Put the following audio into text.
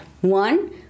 one